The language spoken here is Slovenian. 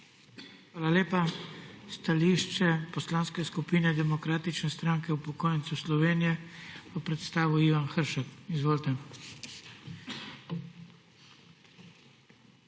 Hvala lepa. Stališče Poslanske skupine Demokratične stranke upokojencev Slovenije bo predstavil Ivan Hršak. **IVAN